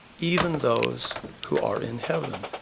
even those who are in heaven.